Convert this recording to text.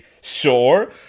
sure